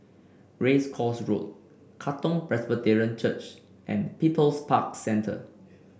Race Course Road Katong Presbyterian Church and People's Park Centre